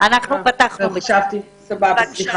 אני מזכירה שבתקופת המשבר המענים הראשונים היו סיוע